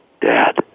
Dad